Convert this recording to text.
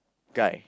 guy